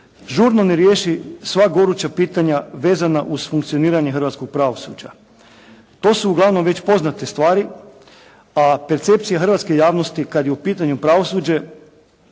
žurno ne riješi sva goruća pitanja vezana uz funkcioniranje hrvatskoga pravosuđa. To su uglavnom već poznate stvari a percepcija hrvatske javnosti kada je pitanje pravosuđe